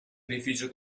edificio